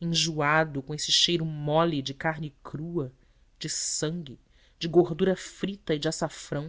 enjoado com esse cheiro mole de carne crua de sangue de gordura frita e de açafrão